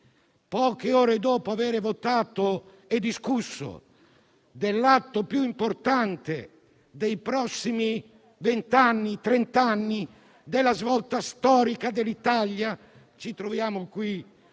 poche ore dopo avere votato e discusso dell'atto più importante dei prossimi trent'anni, della svolta storica dell'Italia, ci troviamo a